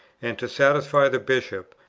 and to satisfy the bishop,